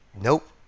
Nope